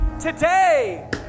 today